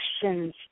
questions